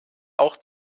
auch